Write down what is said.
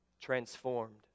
Transformed